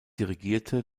dirigierte